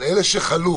אבל אלה שחלו